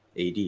AD